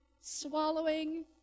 Swallowing